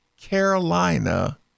Carolina